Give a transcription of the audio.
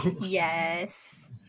Yes